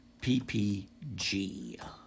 PPG